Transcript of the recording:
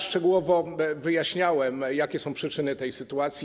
Szczegółowo wyjaśniałem, jakie są przyczyny tej sytuacji.